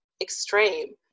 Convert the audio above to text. extreme